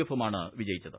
എഫുമാണ് വിജയിച്ചത്